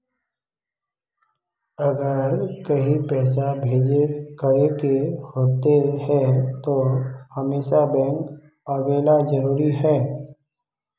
अगर कहीं पैसा भेजे करे के होते है तो हमेशा बैंक आबेले जरूरी है?